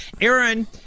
Aaron